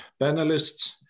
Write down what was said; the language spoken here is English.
panelists